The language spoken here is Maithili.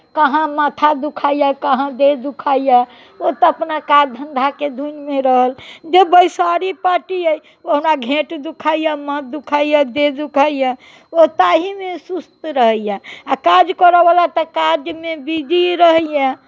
कहाँ माथा दुखाइए कहाँ देह दुखाइए ओ तऽ अपना काज धन्धाके धुनमे रहल जे बैसारी पार्टी अछि ओ हमरा घेँट दुखाइए माथ दुखाइए देह दुखाइए ओ ताहिमे सुस्त रहैए आ काज करयवला तऽ काजमे बिजी रहैए